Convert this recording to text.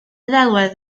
ddelwedd